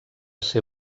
ser